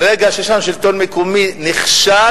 ברגע שיש לנו שלטון מקומי נחשל,